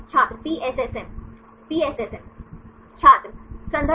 छात्र PSSM